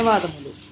ధన్యవాదములు